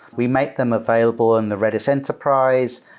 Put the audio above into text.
we make them available in the redis enterprise,